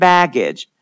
Baggage